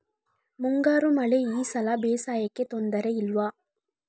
ಮುಂಗಾರು ಮಳೆ ಈ ಸಲ ಬೇಸಾಯಕ್ಕೆ ತೊಂದರೆ ಇಲ್ವ?